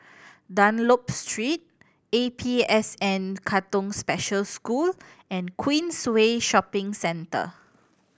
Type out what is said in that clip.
Dunlop Street A P S N Katong Special School and Queensway Shopping Centre